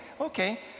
Okay